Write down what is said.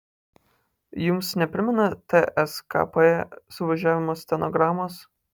jums neprimena tskp suvažiavimo stenogramos